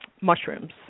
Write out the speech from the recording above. mushrooms